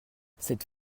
cette